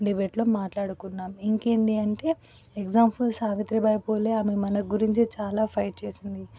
డిబేట్లో మాట్లాడుకున్నాం ఇంకేంటి అంటే ఎగ్జామ్పుల్ సావిత్రిబాయి పూలే ఆమె మన గురించి చాలా ఫైట్ చేసింది